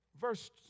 Verse